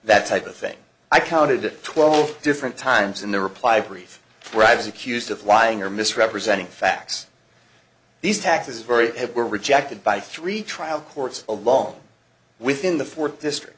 that type of thing i counted twelve different times in the reply brief bribes accused of lying or misrepresenting facts these taxes very had were rejected by three trial courts along with in the fourth district